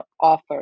offer